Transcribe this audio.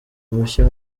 mushya